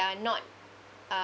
they are not uh